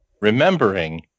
Remembering